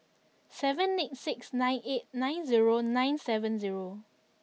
seven eight six nine eight nine zero nine seven zero